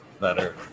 Better